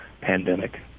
pandemic